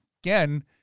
Again